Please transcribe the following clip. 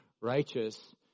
righteous